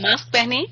mask पहनें